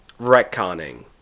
retconning